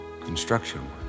construction